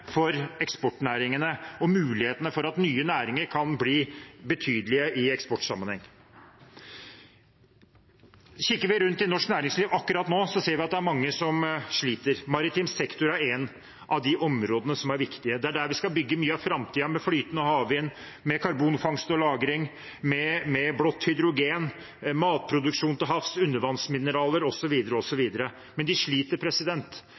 for eksportnæringene og økt mulighetene for at nye næringer kan bli betydelige i eksportsammenheng. Kikker vi rundt i norsk næringsliv akkurat nå, ser vi at det er mange som sliter. Maritim sektor er et av de områdene som er viktige. Det er der vi skal bygge mye av framtiden, med flytende havvind, karbonfangst og -lagring, blått hydrogen, matproduksjon til havs, undervannsmineraler, osv., osv. Men de sliter.